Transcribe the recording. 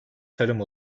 tarım